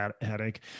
headache